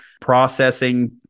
processing